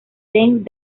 ben